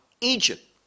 Egypt